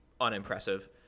unimpressive